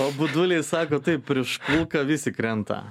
o buduliai sako taip prieš kulką visi krenta